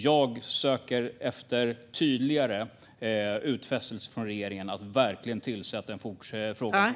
Jag söker efter tydligare utfästelser från regeringen om att verkligen tillse att frågan får fortsatt prioritet.